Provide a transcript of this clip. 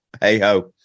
hey-ho